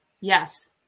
Yes